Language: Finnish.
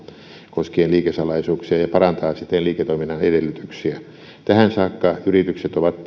koskien liikesalaisuuksia ja parantaa siten liiketoiminnan edellytyksiä tähän saakka yritykset ovat